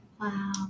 wow